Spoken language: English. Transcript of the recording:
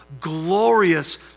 glorious